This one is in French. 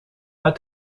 pas